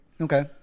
Okay